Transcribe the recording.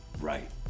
Right